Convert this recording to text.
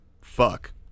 Fuck